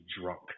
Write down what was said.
drunk